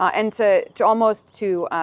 um and to to almost to